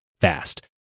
fast